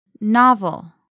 novel